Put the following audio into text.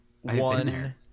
one